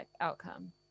outcome